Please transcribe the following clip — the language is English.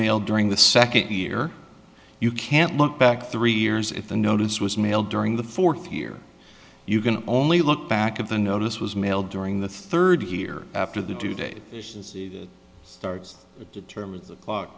mailed during the second year you can't look back three years if the notice was mailed during the fourth year you can only look back at the notice was mailed during the third year after the due date starts it determines the clock